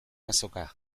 azoka